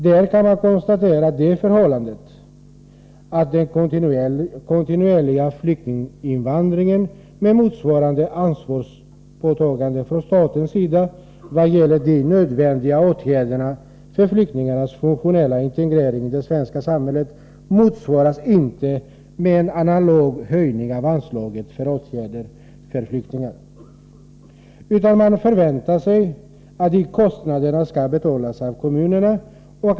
Där kan man konstatera det förhållandet att den kontinuerliga flyktinginvandringen med motsvarande ansvarstagande från statens sida vad gäller de nödvändiga åtgärderna för flyktingarnas funktionella integrering i det svenska samhället inte motsvaras av en analog höjning av anslaget till åtgärder för flyktingar. Man förväntar sig att dessa kostnader skall betalas av kommunen.